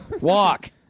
Walk